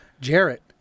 jarrett